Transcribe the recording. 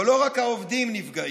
אבל לא רק העובדים נפגעים,